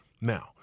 Now